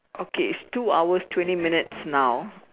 okay it's two hours twenty minutes now